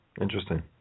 Interesting